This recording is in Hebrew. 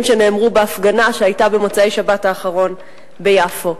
שנאמרו בהפגנה שהיתה במוצאי השבת האחרונה ביפו.